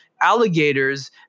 alligators